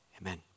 Amen